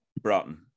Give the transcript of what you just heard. broughton